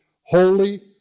Holy